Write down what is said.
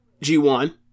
G1